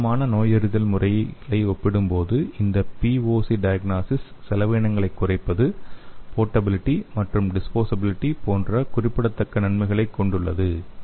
வழக்கமான நோயறிதல் முறைகளை ஒப்பிடும்போது இந்த பிஓசி டயக்னாசிஸ் செலவினங்களைக் குறைப்பதுபோட்டபிலிட்டி மற்றும் டிஸ்போசபிலிட்டி போன்ற குறிப்பிடத்தக்க நன்மைகளைக் கொண்டுள்ளது